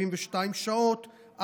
72 שעות,